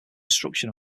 destruction